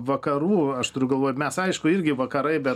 vakarų aš turiu galvoje mes aišku irgi vakarai bet